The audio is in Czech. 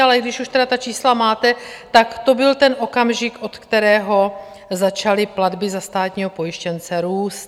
Ale když už tedy ta čísla máte, tak to byl ten okamžik, od kterého začaly platby za státního pojištěnce růst.